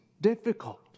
difficult